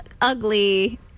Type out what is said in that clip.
ugly